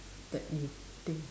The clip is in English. that you think